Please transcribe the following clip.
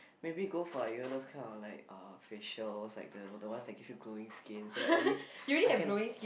maybe go for like you know those kind of like uh facial likes the the one that give you glowing skin so that at least I can